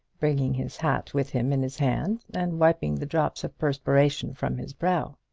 bringing his hat with him in his hand, and wiping the drops of perspiration from his brow.